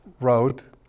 wrote